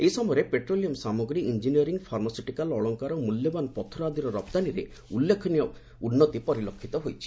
ଏହି ସମୟରେ ପେଟୋଲିୟମ ସାମଗ୍ରୀ ଇଞ୍ଜିନିୟରି ଫାର୍ମାସିଟିକାଲ ଅଳଙ୍କାର ଓ ମୂଲ୍ୟବାନ ପଥର ଆଦିର ରପ୍ତାନୀରେ ଉଲ୍ଲେଖନୀୟ ଉନ୍ନତି ପରିଲକ୍ଷିତ ହୋଇଛି